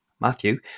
Matthew